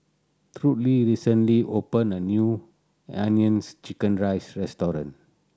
Trudy recently opened a new hainanese chicken rice restaurant